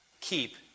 keep